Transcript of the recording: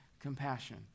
compassion